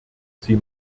sie